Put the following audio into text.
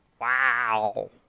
Wow